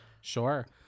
Sure